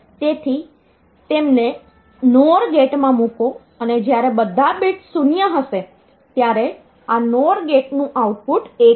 તેથી તેમને NOR ગેટમાં મૂકો અને જ્યારે બધા બિટ્સ 0 હશે ત્યારે આ NOR ગેટનું આઉટપુટ 1 હશે